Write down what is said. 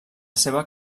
seva